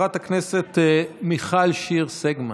חברת הכנסת מיכל שיר סגמן,